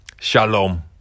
Shalom